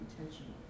intentional